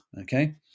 Okay